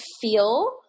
feel